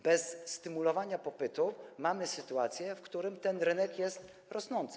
Bez stymulowania popytu mamy sytuację, w której ten rynek jest rosnący.